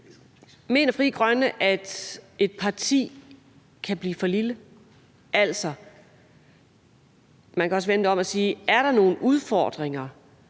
Mener Frie Grønne, at et parti kan blive for lille? Man kan også vende det om og spørge: Er der nogle udfordringer,